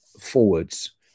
forwards